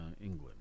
England